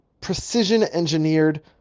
precision-engineered